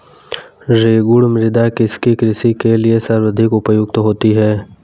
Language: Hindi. रेगुड़ मृदा किसकी कृषि के लिए सर्वाधिक उपयुक्त होती है?